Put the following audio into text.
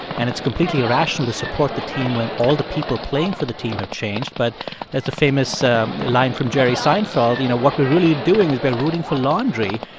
and it's completely irrational to support the team when all the people playing for the team have changed. but there's a famous um line from jerry seinfeld, you know, what we're really doing is we're rooting for laundry.